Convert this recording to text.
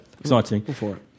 exciting